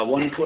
One